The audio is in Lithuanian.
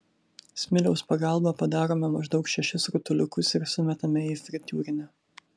smiliaus pagalba padarome maždaug šešis rutuliukus ir sumetame į fritiūrinę